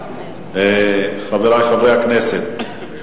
חברי חברי הכנסת,